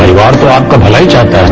परिवार तो आपका भला ही चाहता है न